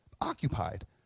occupied